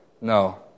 No